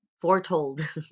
foretold